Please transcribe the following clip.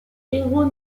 héros